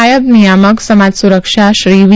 નાયબ નિયામ સમાજ સુરક્ષા શ્રી વી